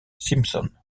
simpson